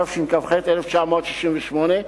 התשכ"ח 1968,